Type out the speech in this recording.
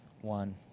one